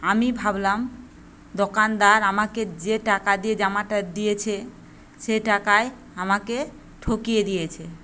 আমি ভাবলাম দোকানদার আমাকে যে টাকা দিয়ে জামাটা দিয়েছে সে টাকায় আমাকে ঠকিয়ে দিয়েছে